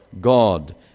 God